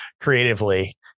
creatively